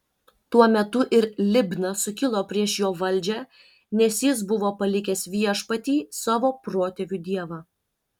tuo metu ir libna sukilo prieš jo valdžią nes jis buvo palikęs viešpatį savo protėvių dievą